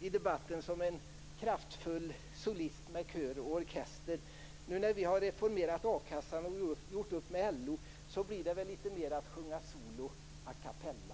i debatten som en kraftfull solist med kör och orkester. Nu när vi har reformerat akassan och gjort upp med LO handlar det litet mer om att sjunga solo a cappella.